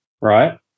right